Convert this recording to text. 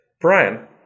Brian